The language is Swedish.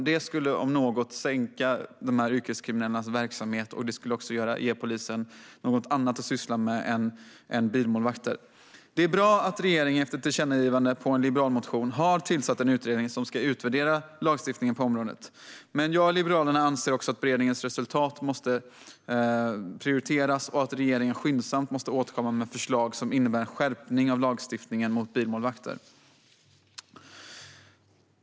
Det om något skulle sänka de yrkeskriminellas verksamhet, och det skulle också ge polisen något annat att syssla med än bilmålvakter. Det är bra att regeringen efter tillkännagivandet utifrån en liberal motion har tillsatt en utredning som ska utvärdera lagstiftningen på området, men jag och Liberalerna anser också att beredningens resultat ska prioriteras och att regeringen skyndsamt ska återkomma med förslag som innebär en skärpning av lagstiftningen mot bilmålvakter.